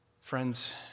Friends